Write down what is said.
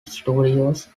studios